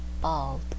bald